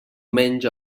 menys